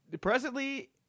presently